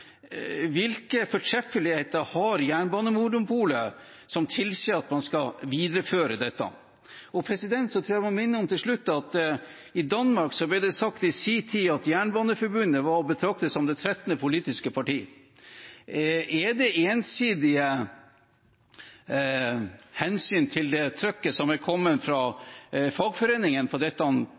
Hvilke fortreffeligheter har jernbanemonopolet som tilsier at man skal videreføre dette? Jeg må til slutt minne om at i Danmark ble det i sin tid sagt at Jernbaneforbundet var å betrakte som det 13. politiske parti. Er det ensidig hensynet til det trykket som er kommet fra fagforeningen på dette